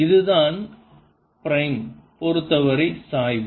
இதுதான் பிரைம் பொறுத்தவரை சாய்வு